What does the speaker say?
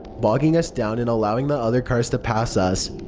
bogging us down and allowing the other cars to pass us.